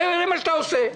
זה מה שאתה עושה.